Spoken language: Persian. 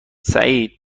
سعید